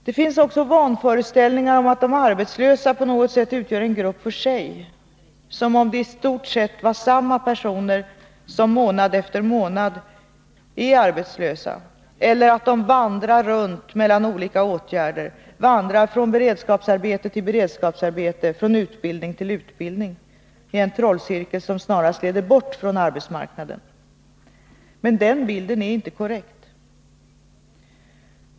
Det finns också vanföreställningar om att de arbetslösa på något sätt utgör en grupp för sig, som om det i stort sett var samma personer som månad efter månad är arbetslösa, eller att de vandrar runt mellan olika åtgärder — vandrar från beredskapsarbete till beredskapsarbete, från utbildning till utbildning i en trollcirkel som snarast leder bort från arbetsmarknaden. Men den bilden är inte korrekt.